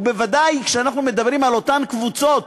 ובוודאי כשאנחנו מדברים על אותן קבוצות